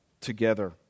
together